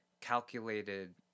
calculated